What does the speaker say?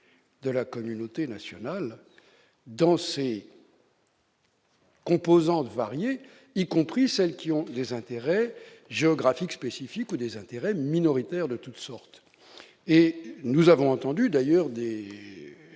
de la communauté nationale, dans ses composantes les plus variées, y compris celles qui ont des intérêts géographiques spécifiques ou des intérêts minoritaires de toute sorte. Nous avons d'ailleurs